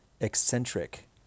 eccentric